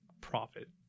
profit